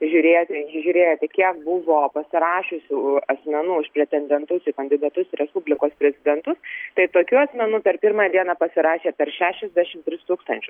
žiūrėjot žiūrėjote kiek buvo pasirašiusių asmenų pretendentus į kandidatus į respublikos prezidentus tai tokių asmenų per pirmą dieną pasirašė per šešiasdešimt tris tūkstančius